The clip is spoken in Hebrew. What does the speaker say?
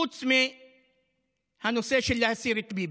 חוץ מהנושא של להסיר את ביבי,